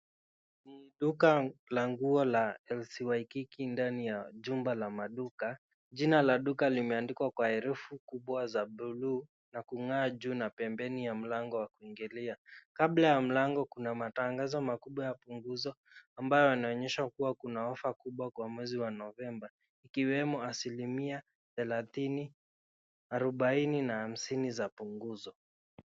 Ni duka la nguo la LC Waikiki ndani ya jumba la maduka, jina la duka limeandikwa kwa herufi kubwa za bluu na kungaa juu na pembeni ya mlango wa kuingilia. Kabla ya mlango kuna matangazo makubwa ya punguzo ambayo yanaonyesha kua kuna ofa kubwa kwa mwezi wa Novemba ikiwemo asilimia thelathini, arobaini na hamsini za punguzo.